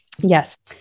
Yes